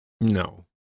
No